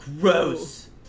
Gross